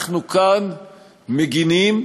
אנחנו כאן מגינים,